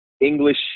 English